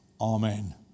Amen